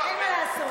אין מה לעשות.